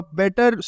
better